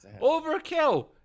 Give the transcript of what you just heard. Overkill